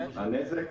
הנזק.